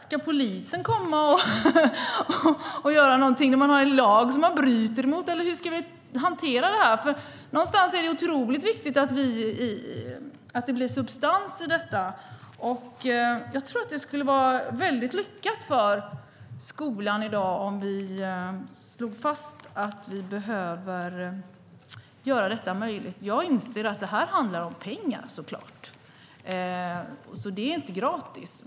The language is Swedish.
Ska polisen komma och göra något, när det finns en lag som de bryter mot, eller hur ska vi hantera detta? Någonstans är det otroligt viktigt att det blir substans i detta. Jag tror att det skulle vara väldigt lyckat för skolan i dag om vi slog fast att vi behöver göra detta möjligt. Jag inser att det såklart handlar om pengar - det är inte gratis.